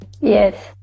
yes